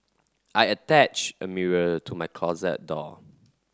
I attached a mirror to my closet door